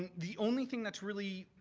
the only thing that's really,